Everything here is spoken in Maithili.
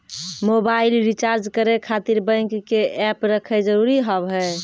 मोबाइल रिचार्ज करे खातिर बैंक के ऐप रखे जरूरी हाव है?